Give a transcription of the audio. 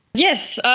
yes,